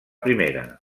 primera